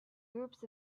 groups